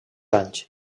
anys